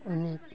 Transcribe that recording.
माने